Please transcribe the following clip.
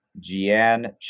Jian